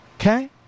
Okay